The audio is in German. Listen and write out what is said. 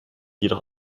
jedoch